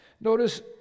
Notice